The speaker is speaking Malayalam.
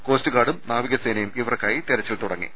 കോസ്റ്റ് ഗാർഡും നാവികസേനയും ഇവർക്കായി തിരച്ചിൽ തുടങ്ങി